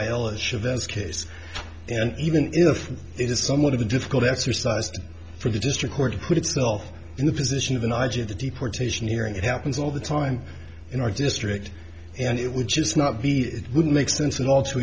this case and even if it is somewhat of a difficult exercise for the district court put itself in the position of the knowledge of the deportation hearing it happens all the time in our district and it would just not be it would make sense at all to